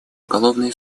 уголовный